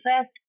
first